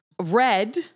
Red